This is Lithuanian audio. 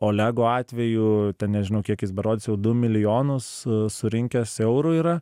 olego atveju ten nežinau kiek jis berods jau du milijonus surinkęs eurų yra